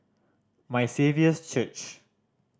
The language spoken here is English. My Saviour's Church